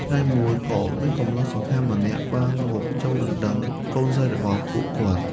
ថ្ងៃមួយ ក៏មានកម្លោះសង្ហាម្នាក់បានមកចូលដណ្តឹងកូនស្រីរបស់ពួកគាត់។